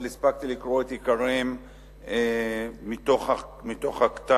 אבל הספקתי לקרוא את עיקריהם מתוך הכתב.